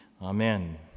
amen